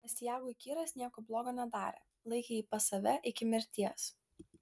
astiagui kyras nieko blogo nedarė laikė jį pas save iki mirties